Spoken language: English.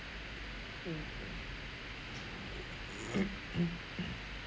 mm